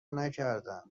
نکردم